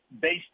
based